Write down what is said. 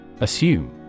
Assume